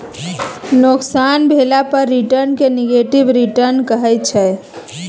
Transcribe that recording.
नोकसान भेला पर रिटर्न केँ नेगेटिव रिटर्न कहै छै